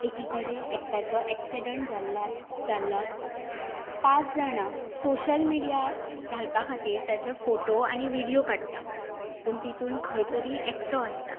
एकी कडेन एकट्याचो एक्सिडंट जाल्ले आसता जाल्लो आसता पांच जाणां सोशल मिडयार घालपा खातीर ताचे फोटो आनी व्हिडियो काडटा पूण तितून खंय तरी एकटो आसता